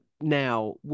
now